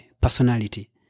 personality